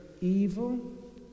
evil